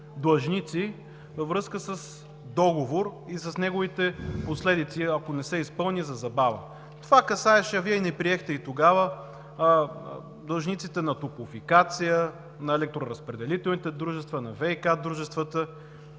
във връзка с договор и с неговите последици, ако не се изпълни, за забава. Това касаеше длъжниците на Топлофикация, на електроразпределителните дружества, на ВиК дружествата,